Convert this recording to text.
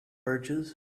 birches